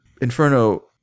Inferno